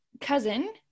cousin